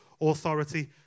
authority